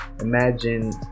Imagine